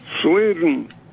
Sweden